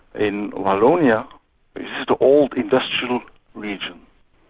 in wallonia it's just an old industrial region.